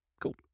Cool